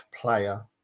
player